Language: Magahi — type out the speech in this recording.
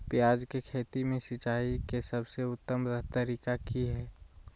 प्याज के खेती में सिंचाई के सबसे उत्तम तरीका की है?